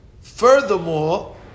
Furthermore